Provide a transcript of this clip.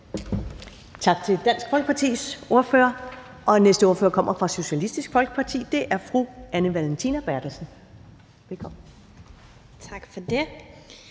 Tak til Dansk Folkepartis ordfører. Den næste ordfører kommer fra Socialistisk Folkeparti, og det er fru Anne Valentina Berthelsen. Velkommen. Kl.